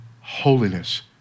holiness